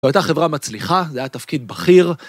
‫הייתה חברה מצליחה, ‫זה היה תפקיד בכיר.